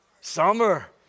Summer